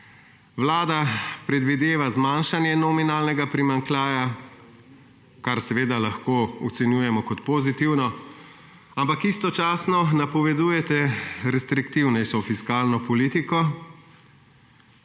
Vlada predvideva zmanjšanje nominalnega primanjkljaja, kar seveda lahko ocenjujemo kot pozitivno, ampak istočasno napovedujete restriktivnejšo fiskalno politiko.